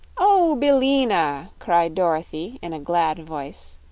oh, billina! cried dorothy, in a glad voice,